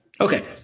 okay